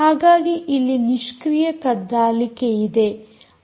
ಹಾಗಾಗಿ ಇಲ್ಲಿ ನಿಷ್ಕ್ರಿಯ ಕದ್ದಾಲಿಕೆಯಿದೆ